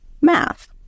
math